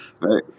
Right